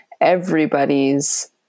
everybody's